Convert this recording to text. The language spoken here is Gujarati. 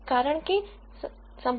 કારણ કે સંભાવના બરાબર 0